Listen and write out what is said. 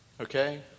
Okay